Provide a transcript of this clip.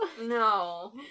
No